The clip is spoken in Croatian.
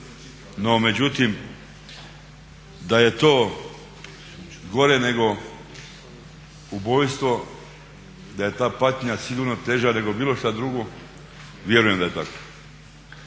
No, međutim da je to gore nego ubojstvo, da je ta patnja sigurno teža nego bilo šta drugo vjerujem da je tako.